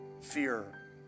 Fear